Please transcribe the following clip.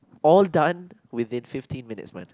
all done within fifteen minutes man